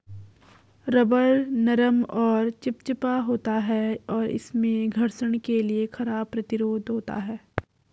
rubber नरम और चिपचिपा होता है, और इसमें घर्षण के लिए खराब प्रतिरोध होता है